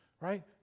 right